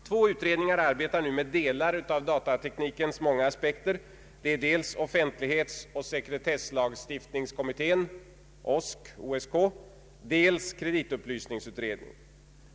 Två utredningar arbetar nu med de lar av datateknikens många aspekter — dels offentlighetsoch sekretesslagstiftningskommittén , dels kreditupplysningsutredningen.